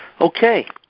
Okay